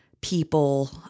people